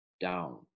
down